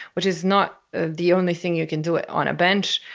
which is not ah the only thing you can do it on a bench,